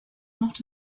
not